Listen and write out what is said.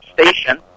station